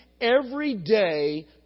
everyday